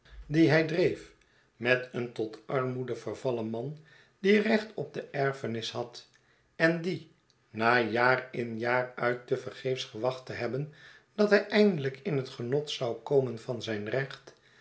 dee londenaars dreef met een tot armoede vervallen man die recht op de erfenis had en die na jaar in jaar uit te vergeefs gewacht te hebben dat hij eindelijk in het geriot zou komen van zijn recht